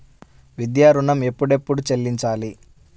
విద్యా ఋణం ఎప్పుడెప్పుడు చెల్లించాలి?